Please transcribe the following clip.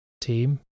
team